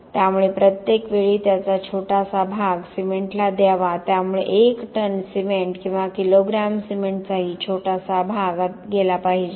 त्यामुळे प्रत्येक वेळी त्याचा छोटासा भाग सिमेंटला द्यावा त्यामुळे एक टन सिमेंट किंवा किलोग्रॅम सिमेंटचाही छोटासा भाग आत गेला पाहिजे